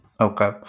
Okay